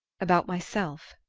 about myself.